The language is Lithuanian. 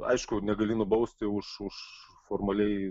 aišku negali nubausti už už formaliai